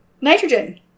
Nitrogen